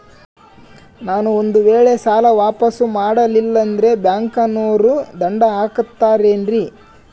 ನಾನು ಒಂದು ವೇಳೆ ಸಾಲ ವಾಪಾಸ್ಸು ಮಾಡಲಿಲ್ಲಂದ್ರೆ ಬ್ಯಾಂಕನೋರು ದಂಡ ಹಾಕತ್ತಾರೇನ್ರಿ?